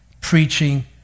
preaching